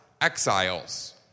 exiles